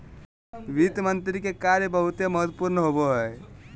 वित्त मंत्री के कार्य बहुते महत्वपूर्ण होवो हय